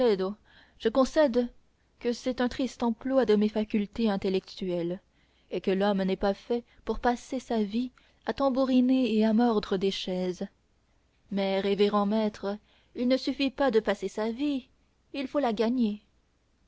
je concède que c'est un triste emploi de mes facultés intellectuelles et que l'homme n'est pas fait pour passer sa vie à tambouriner et à mordre des chaises mais révérend maître il ne suffit pas de passer sa vie il faut la gagner